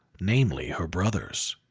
namely her brothers.